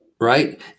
right